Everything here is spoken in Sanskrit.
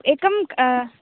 एकं